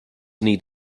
need